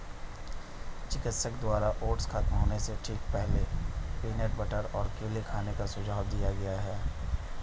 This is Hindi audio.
चिकित्सक द्वारा ओट्स खत्म होने से ठीक पहले, पीनट बटर और केला खाने का सुझाव दिया गया